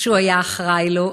שהוא היה אחראי לו,